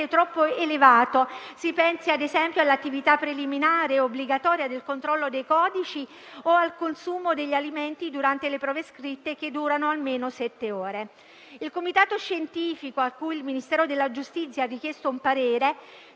troppo elevato: si pensi ad esempio all'attività preliminare obbligatoria del controllo dei codici o al consumo degli alimenti durante le prove scritte, che durano almeno sette ore. Il comitato scientifico a cui il Ministero della giustizia ha richiesto un parere